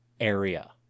area